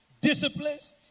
Disciplines